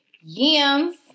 Yams